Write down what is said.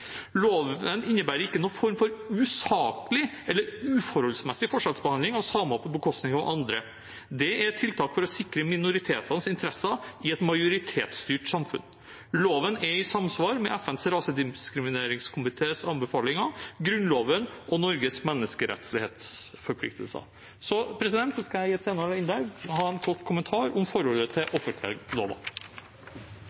Loven innebærer ikke noen form for usaklig eller uforholdsmessig forskjellsbehandling av samer på bekostning av andre. Det er tiltak for å sikre minoritetenes interesser i et majoritetsstyrt samfunn. Loven er i samsvar med FNs rasediskrimineringskomités anbefalinger, Grunnloven og Norges menneskerettighetsforpliktelser. Jeg skal i et senere innlegg komme med en kort kommentar om forholdet til